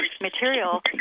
material